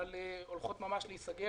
אבל הן הולכות ממש להיסגר